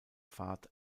fahrt